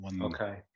okay